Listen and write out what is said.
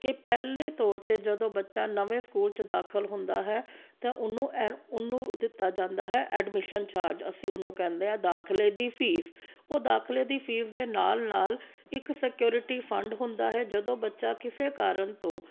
ਕਿ ਪਹਿਲੇ ਤੌਰ 'ਤੇ ਜਦੋਂ ਬੱਚਾ ਨਵੇਂ ਸਕੂਲ 'ਚ ਦਾਖਲ ਹੁੰਦਾ ਹੈ ਤਾਂ ਉਹਨੂੰ ਐਂ ਉਹਨੂੰ ਦਿੱਤਾ ਜਾਂਦਾ ਹੈ ਐਡਮੀਸ਼ਨ ਚਾਰਜ ਅਸੀਂ ਉਹਨੂੰ ਕਹਿੰਦੇ ਹਾਂ ਦਾਖਲੇ ਦੀ ਫੀਸ ਉਹ ਦਾਖਲੇ ਦੀ ਫੀਸ ਦੇ ਨਾਲ ਨਾਲ ਇੱਕ ਸਕਿਓਰਟੀ ਫੰਡ ਹੁੰਦਾ ਹੈ ਜਦੋਂ ਬੱਚਾ ਕਿਸੇ ਕਾਰਨ ਤੋਂ